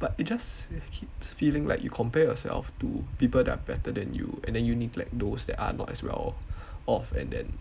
but it just it keeps feeling like you compare yourself to people that are better than you and then you neglect those that are not as well off off and then